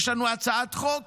יש לנו הצעת חוק